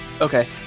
Okay